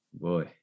boy